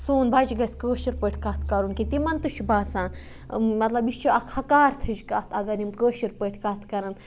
سون بَچہِ گَژھِ کٲشِرۍ پٲٹھۍ کَتھ کَرُن کہِ تِمَن تہِ چھُ باسان مطلب یہِ چھِ اَکھ حکارتٕچ کَتھ اگر یِم کٲشِرۍ پٲٹھۍ کَتھ کَرَن